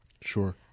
Sure